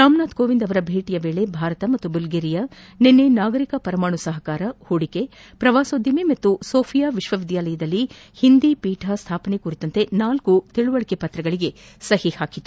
ರಾಮನಾಥ್ ಕೋವಿಂದ್ ಅವರ ಭೇಟಿಯ ವೇಳೆ ಭಾರತ ಮತ್ತು ಬಲ್ಗೇರಿಯಾ ನಿನ್ನೆ ನಾಗರಿಕ ಪರಮಾಣು ಸಹಕಾರ ಹೂಡಿಕೆ ಪ್ರವಾಸೋದ್ಯಮ ಹಾಗೂ ಸೋಫಿಯಾ ವಿಶ್ವವಿದ್ಯಾಲಯದಲ್ಲಿ ಹಿಂದಿ ಪೀಠ ಸ್ಥಾಪನೆ ಕುರಿತು ನಾಲ್ಕು ತಿಳುವಳಿಕೆ ಪತ್ರಗಳಿಗೆ ಸಹಿ ಹಾಕಿದೆ